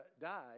died